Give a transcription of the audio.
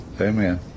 Amen